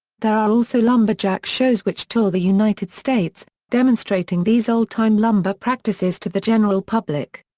there are also lumberjack shows which tour the united states, demonstrating these old time lumber practices to the general public.